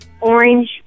orange